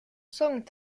song